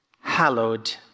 hallowed